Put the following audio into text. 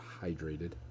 hydrated